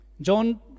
John